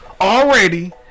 already